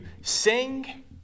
sing